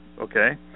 Okay